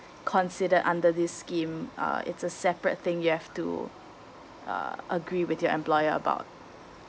considered under this scheme uh it's a separate thing you have to uh agree with your employer about